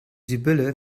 sibylle